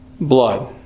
Blood